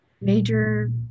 major